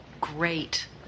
Great